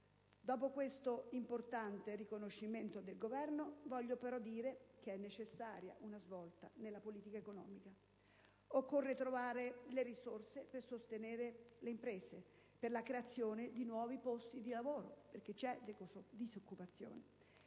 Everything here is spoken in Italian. Dopo questo importante riconoscimento al Governo, voglio però dire che è necessaria una svolta nella politica economica. Occorre trovare le risorse per sostenere le imprese e per la creazione di nuovi posti di lavoro, perché c'è disoccupazione.